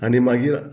आनी मागीर